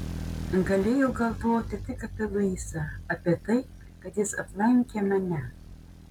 galėjau galvoti tik apie luisą apie tai kad jis aplankė mane